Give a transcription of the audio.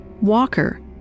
Walker